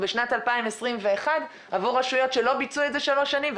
בשנת 2021 עבור רשויות שלא ביצעו את זה שלוש שנים.